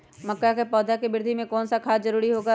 मक्का के पौधा के वृद्धि में कौन सा खाद जरूरी होगा?